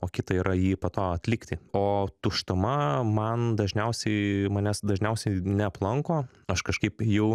o kita yra jį po to atlikti o tuštuma man dažniausiai manęs dažniausiai neaplanko aš kažkaip jau